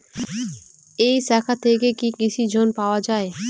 এই শাখা থেকে কি কৃষি ঋণ পাওয়া যায়?